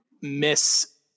miss